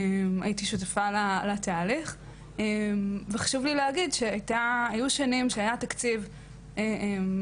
הייתי שותפה לתהליך וחשוב לי להגיד שהיו שנים שהיה תקציב מטעם